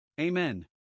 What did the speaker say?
Amen